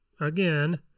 again